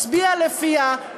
מצביע לפיה,